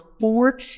four